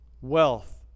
wealth